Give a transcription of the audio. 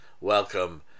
Welcome